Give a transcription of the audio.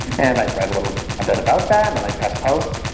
and i'd write a little bit about that, and then i'd press post.